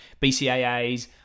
BCAAs